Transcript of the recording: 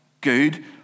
good